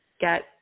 get